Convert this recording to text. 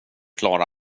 klara